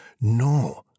No